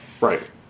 Right